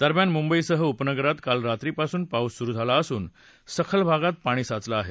दरम्यान मुंबईसह उपनगरात काल रात्रीपासून पाऊस सुरु झाला असून सखल भागात पाणी साचलं आहे